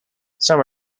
some